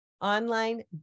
online